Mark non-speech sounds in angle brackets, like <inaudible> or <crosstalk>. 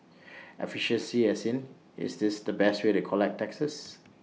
<noise> efficiency as in is this the best way to collect taxes